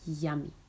Yummy